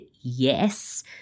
yes